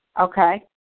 okay